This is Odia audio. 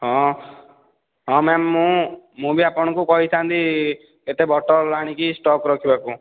ହଁ ହଁ ମ୍ୟାମ ମୁଁ ମୁଁ ବି ଆପଣଙ୍କୁ କହିଥାନ୍ତି ଏତେ ବଟଲ ଆଣିକି ଷ୍ଟକ ରଖିବାକୁ